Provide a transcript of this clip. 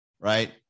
right